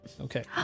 Okay